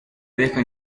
deja